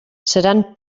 seran